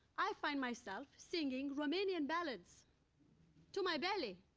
i find myself singing romanian ballads to my belly,